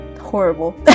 horrible